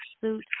suit